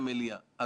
נכבד אותם.